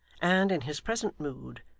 and, in his present mood,